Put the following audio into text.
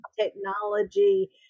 technology